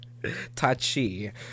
Tachi